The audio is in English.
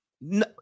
No